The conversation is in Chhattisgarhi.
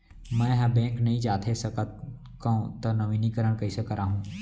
मैं ह बैंक नई जाथे सकंव त नवीनीकरण कइसे करवाहू?